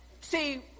See